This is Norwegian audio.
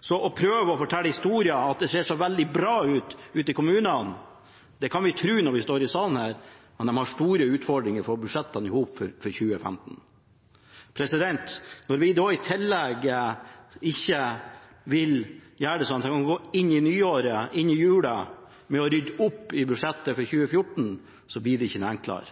Så å prøve å fortelle historier om at det ser så veldig bra ut ute i kommunene – det kan vi tro når vi står her i salen. Men de har store utfordringer med å få budsjettene i hop for 2015. Når vi da i tillegg ikke vil gjøre det sånn at de kan gå inn i nyåret, inn i jula, med å ha ryddet opp i budsjettet for 2014, blir det ikke noe enklere.